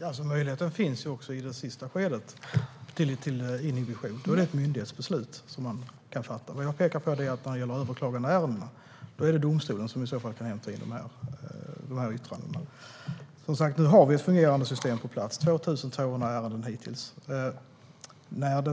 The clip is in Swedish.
Herr talman! Möjligheten till inhibition finns också i det sista skedet. Man kan fatta ett myndighetsbeslut. När det gäller överklagandeärenden är det domstolen som kan hämta in dessa yttranden. Nu har vi ett fungerande system på plats. 2 200 ärenden har behandlats hittills, och